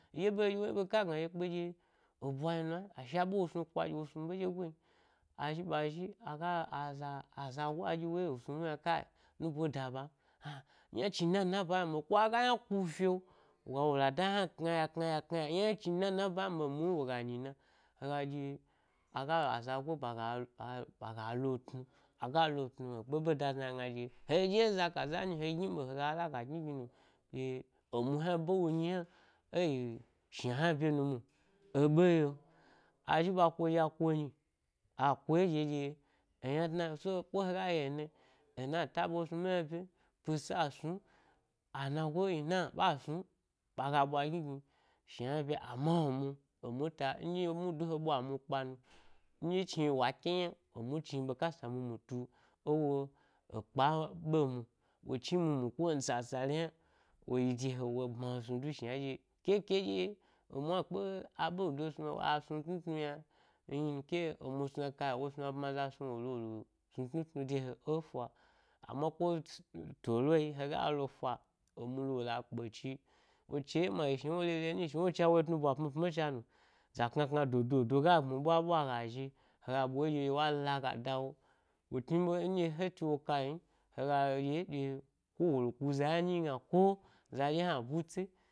Yi ɗye ɓe yi ɗye ka gna ɗye kpe ɗye eɓwa yi nu ai asha ɓe wo snu kwa wo snu ɓe ɗyogoi n azhi ɓa zhi aga aza azagoi ɗye wo ye wo snu lo yna kai nubo da ɓam hna-a-, yna chni dna dna e ba hni ɓe ko aga yna ku fi’o woga lo wo lada ynayna knaya knaya knaya, yna chni dna dna ba hni emu hni woga nyi na hega ɗye, aga azagoi baga a ɓaga lo tnu aga lo tnu ɓaɓe da zna yna aga ɗye he ɗye za kazanyi he gni ɓe hega laga gni gni no ɗye-emu hna ba wo nyi hna eyi-shna hna bye nu mwo eɓe ye’o azhi ɓa kuzhia ku nyi a kuyi ɗye ɗye, eyna dna, so ko hega yi ena yi ena taba wo snu ɓe hna byen pise a snum, anago ina ɓa snum, ɓaga ɓna gni gni shna hna ɓye, amma enin, emu ta, ndye mudu he ɓwa emu kp mi nɗye mudu he ɓwa emu kpa mi nɗye chniyi wa key nan emu chni ɓekasa mum utu ewo ekpa ɓe mwo, wo chni mumu ko wani sasale yna wo yi de heyi wo bma he snu du shna ɗye, keke ɗye emu a kpe aɓe do snu a snu tnu tnu yna, yin, ke emu snu a kai wo snu a bma za snu wo lo wolo snu tnu tnu de he ẻ fa amma ko tsu, to loyi, hega lo efa emu lowola kpechi, wo chi ɗye ma eyi shna wo re’re nyi shna wo cha woyi tnu ɓwa pmi pmi cha no. Zakna kna do do ga gbmi ɓwa ɓwa ga zhi, hega ɓwa yeɗye ɗye wa laga da wo, wo chniɓe nɗye he tiwo ka yim, hega ɗye ɗye, ko wole ku za hna nyigna ko zadye hna ebu tsi.